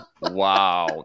Wow